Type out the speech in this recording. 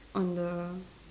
on the